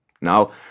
Now